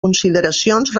consideracions